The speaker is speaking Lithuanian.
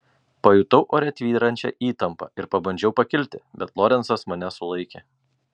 pajutau ore tvyrančią įtampą ir pabandžiau pakilti bet lorencas mane sulaikė